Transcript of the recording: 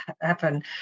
happen